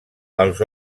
els